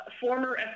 former